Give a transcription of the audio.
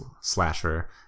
slasher